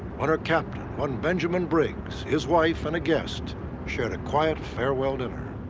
when her captain, one benjamin briggs, his wife, and a guest shared a quiet farewell dinner.